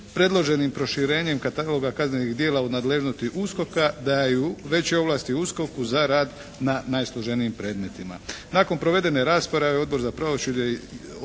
predloženim proširenjem kataloga kaznenih djela u nadležnosti USKOK-a daju veće ovlasti USKOK-u za rad na najsloženijim predmetima. Nakon provedene rasprave Odbor za pravosuđe je